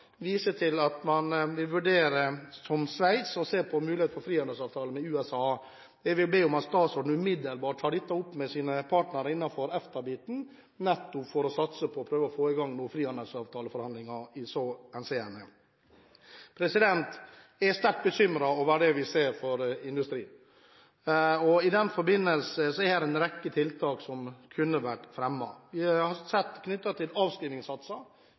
at man vil vurdere, som Sveits, å se på muligheten for en frihandelsavtale med USA. Jeg vil be om at statsråden umiddelbart tar dette opp med sine partnere innenfor EFTA-biten, nettopp for å prøve å få i gang frihandelsavtaleforhandlinger i så henseende. Jeg er sterkt bekymret over det vi ser i industrien. I den forbindelse er det en rekke tiltak som kunne vært fremmet. Vi har sett det knyttet til